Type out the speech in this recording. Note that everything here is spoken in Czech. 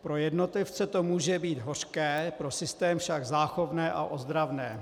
Pro jednotlivce to může být hořké, pro systém však záchovné a ozdravné.